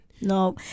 No